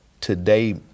today